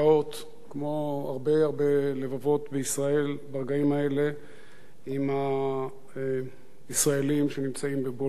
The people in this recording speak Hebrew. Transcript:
כמו הרבה הרבה לבבות בישראל ברגעים האלה עם הישראלים שנמצאים בבולגריה,